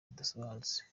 zidasobanutse